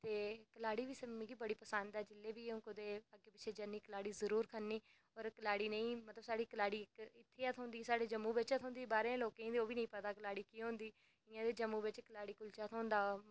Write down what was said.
ते कलाड़ी बी मिगी पसंद ऐ जेल्लै बी अ'ऊं कुतै अग्गें पिच्छें जन्नी कलाड़ी जरूर खन्नी होर कलाड़ी नेईं साढ़े इद्धर गै थ्होंदी साढ़े जम्मू बिच गै बाहरें दे लोकें गी ओह्बी निं पता कि कलाड़ी केह् ऐ जि'यां जम्मू बिच कलाड़ी कुलचा थ्होंदा